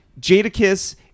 Jadakiss